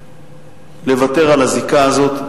לוותר על הזיקה הזאת,